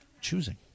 choosing